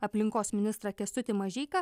aplinkos ministrą kęstutį mažeiką